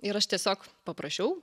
ir aš tiesiog paprašiau